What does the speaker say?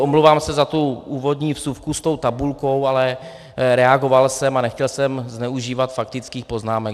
Omlouvám se za tu úvodní vsuvku s tou tabulkou, ale reagoval jsem a nechtěl jsem zneužívat faktických poznámek.